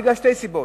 בגלל שתי סיבות.